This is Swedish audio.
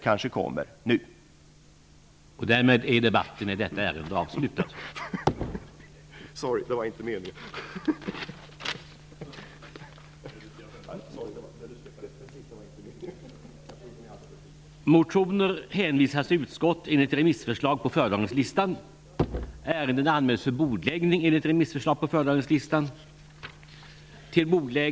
Kanske kommer den redovisningen nu.